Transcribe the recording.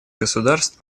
государств